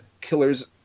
killers